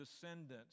descendants